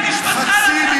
חצי,